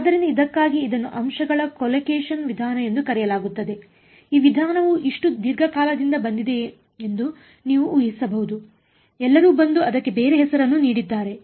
ಆದ್ದರಿಂದ ಇದಕ್ಕಾಗಿ ಇದನ್ನು ಅಂಶಗಳ ಕೊಲೊಕೇಶನ್ ವಿಧಾನ ಎಂದು ಕರೆಯಲಾಗುತ್ತದೆ ಈ ವಿಧಾನವು ಇಷ್ಟು ದೀರ್ಘಕಾಲದಿಂದ ಬಂದಿದೆ ಎಂದು ನೀವು ಊಹಿಸಬಹುದು ಎಲ್ಲರೂ ಬಂದು ಅದಕ್ಕೆ ಬೇರೆ ಹೆಸರನ್ನು ನೀಡಿದ್ದಾರೆ